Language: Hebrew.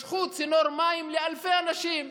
משכו צינור מים לאלפי אנשים,